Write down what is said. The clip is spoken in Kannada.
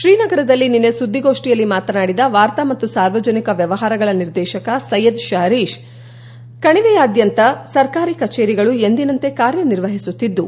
ಶ್ರೀನಗರದಲ್ಲಿ ನಿನ್ನೆ ಸುದ್ದಿಗೋಷ್ಠಿಯಲ್ಲಿ ಮಾತನಾಡಿದ ವಾರ್ತಾ ಮತ್ತು ಸಾರ್ವಜನಿಕ ವ್ಯವಹಾರಗಳ ನಿರ್ದೇಶಕ ಸೈಯದ್ ಶಹರೀತ್ ಅಸ್ಸರ್ ಕಣಿವೆಯಾದ್ದಂತ ಸರ್ಕಾರಿ ಕಚೇರಿಗಳು ಎಂದಿನಂತೆ ಕಾರ್ಯನಿರ್ವಹಿಸುತ್ತಿದ್ದು